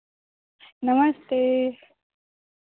नमस्ते